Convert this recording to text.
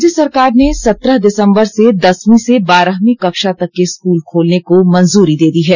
राज्य सरकार ने सत्रह दिसंबर से दसवीं से बारहवीं कक्षा तक के स्कूल खोलने को मंजूरी दे दी है